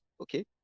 Okay